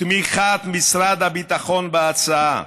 תמיכת משרד הביטחון בהצעה,